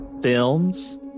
films